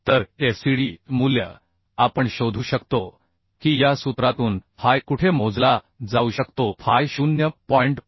तरFCD मूल्य आपण शोधू शकतो की या सूत्रातून फाय कुठे मोजला जाऊ शकतो फाय 0 च्या बरोबरीचा आहे